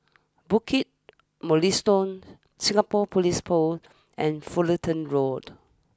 Bukit Mugliston Singapore police Paul and Fullerton Road